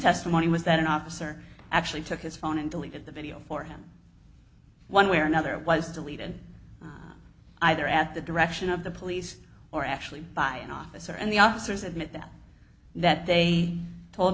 testimony was that an officer actually took his phone and deleted the video for him one way or another was deleted either at the direction of the police or actually by an officer and the officers admit that that they told